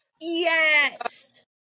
Yes